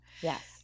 Yes